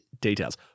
details